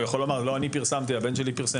הוא יכול לומר, לא אני פרסמתי, הבן שלי פרסם.